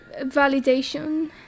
validation